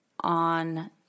on